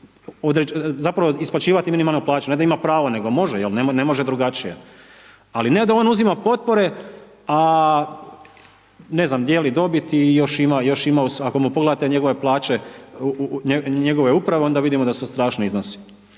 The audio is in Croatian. zapravo isplaćivati minimalnu plaću, ne da ima prao, nego može, jer ne može drugačije. A ne da on uzima potpore, a dijeli dobit i ako mu pogledate njegove plaće, njegove uprave, onda vidimo da su strašni iznosi.